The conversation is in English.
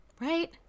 right